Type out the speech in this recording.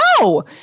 no